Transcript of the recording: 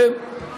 כן.